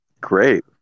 Great